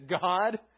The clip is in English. God